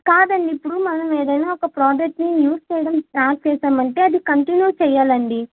కాదండి ఇప్పుడు మనం ఏదైనా ఒక ప్రోడక్ట్ని యూజ్ చేయడం స్టార్ట్ చేసామంటే అది కంటిన్యూ చెయ్యాలండి